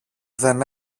δεν